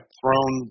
thrown